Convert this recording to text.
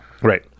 Right